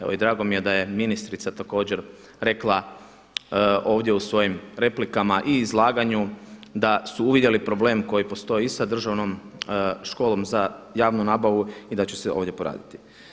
Evo i drago mi je da je ministrica također rekla ovdje u svojim replikama i izlaganju, da su uvidjeli problem koji postoji i sa Državnom školom za javnu nabavu i da će se ovdje poraditi.